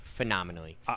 Phenomenally